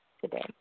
today